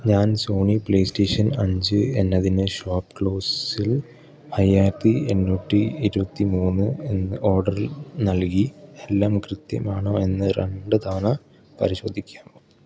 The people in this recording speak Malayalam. ഞാൻ സോണി പ്ലേസ്റ്റേഷൻ അഞ്ച് എന്നതിനെ ഷോപ്പ്ക്ലോസ്സിൽ അയ്യായിരത്തി എണ്ണൂറ്റി ഇരുപത്തിമൂന്ന് എന്ന ഓഡറിൽ നൽകി എല്ലാം കൃത്യമാണോയെന്ന് രണ്ട് തവണ പരിശോധിക്കാമോ